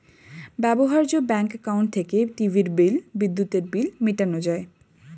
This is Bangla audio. ব্যবহার্য ব্যাঙ্ক অ্যাকাউন্ট থেকে টিভির বিল, বিদ্যুতের বিল মেটানো যায়